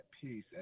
peace